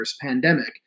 pandemic